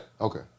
Okay